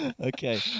Okay